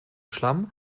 schlamm